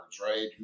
right